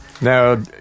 Now